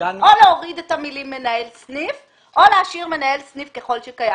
או להוריד את המילים מנהל סניף או להשאיר מנהל סניף ככל שקיים.